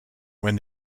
when